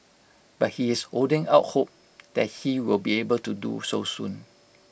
but he is holding out hope that he will be able to do so soon